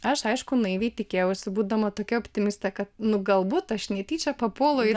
aš aišku naiviai tikėjausi būdama tokia optimistė kad nu galbūt aš netyčia papuolu į